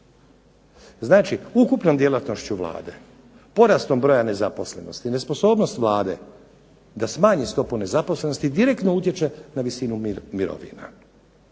Znači ukupnog djelatnošću Vlade, porastom broja nezaposlenosti, nesposobnost Vlade da smanji stopu nezaposlenosti direktno utječe na visinu mirovina.